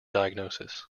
diagnosis